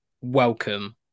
Welcome